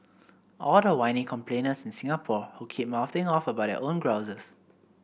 all the whiny complainers in Singapore who keep mouthing off about their own grouses